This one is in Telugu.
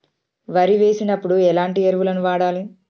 వరి వేసినప్పుడు ఎలాంటి ఎరువులను వాడాలి?